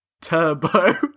Turbo